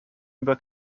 über